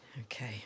Okay